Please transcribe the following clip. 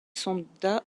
soldats